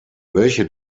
welche